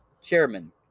Chairman